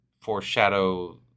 foreshadow